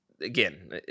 again